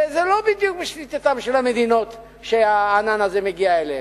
וזה לא בדיוק בשליטתן של המדינות שהענן הזה מגיע אליהן.